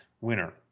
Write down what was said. winner